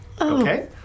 Okay